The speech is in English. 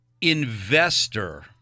investor